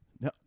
No